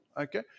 Okay